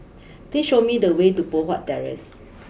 please show me the way to Poh Huat Terrace